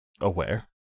aware